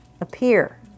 appear